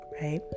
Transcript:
right